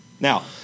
Now